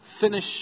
finish